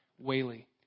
Whaley